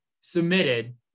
submitted